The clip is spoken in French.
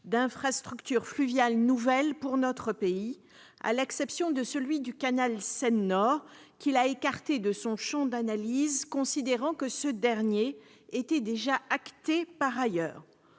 d'infrastructures fluviales nouvelles pour notre pays, à l'exception du canal Seine-Nord, qu'il a écarté de son champ d'analyse, considérant que ce dernier était déjà acté par ailleurs.